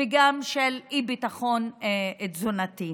וגם של אי-ביטחון תזונתי.